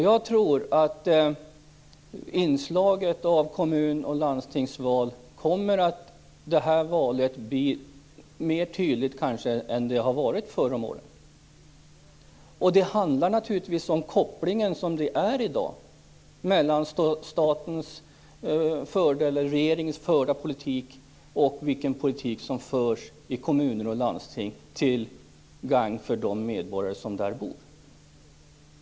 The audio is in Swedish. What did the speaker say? Jag tror att inslaget av kommunal och landstingsval blir tydligare i det här valet jämfört med hur det har varit förr om åren. Det handlar naturligtvis om den koppling som i dag finns mellan den av regeringen förda politiken och den politik som förs i kommuner och landsting, till gagn för de medborgare som bor där.